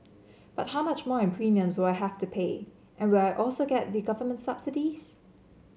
but how much more in premiums will I have to pay and will I also get the government subsidies